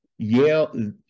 Yale